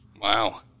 Wow